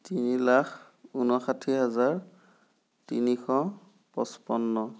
তিনি লাখ ঊনষাঠি হাজাৰ তিনিশ পঁচপন্ন